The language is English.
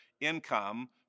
income